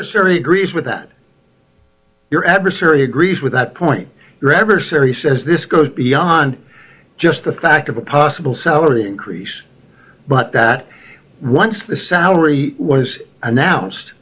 sherry agrees with that your adversary agrees with that point your adversary says this goes beyond just the fact of a possible salary increase but that once the salary was announced